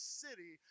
city